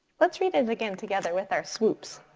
let's read it again together with our swoops.